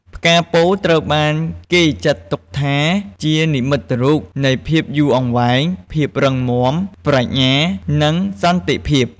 ផ្កាពោធិ៍ត្រូវបានគេចាត់ទុកថាជា និមិត្តរូបនៃភាពយូរអង្វែង ភាពរឹងមាំ ប្រាជ្ញា និងសន្តិភាព។